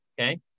okay